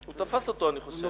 הוא תפס אותו, אני חושב.